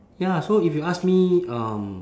ya so if you ask me um